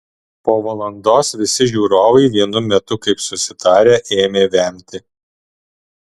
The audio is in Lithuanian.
po valandos visi žiūrovai vienu metu kaip susitarę ėmė vemti